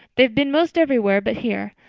they've been most everywhere but here.